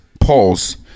Pause